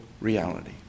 reality